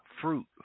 fruit